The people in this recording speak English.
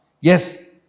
Yes